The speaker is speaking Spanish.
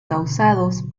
causados